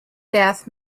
death